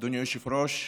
אדוני היושב-ראש,